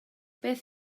beth